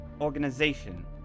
organization